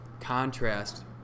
Contrast